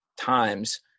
times